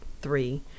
three